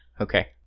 okay